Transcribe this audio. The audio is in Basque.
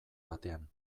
batean